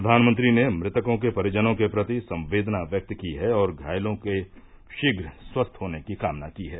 प्रधानमंत्री ने मृतकों के परिजनों के प्रति संवेदना व्यक्त की है और घायलों के शीघ्र स्वस्थ होने की कामना की है